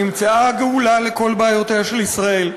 נמצאה הגאולה לכל בעיותיה של ישראל.